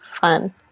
fun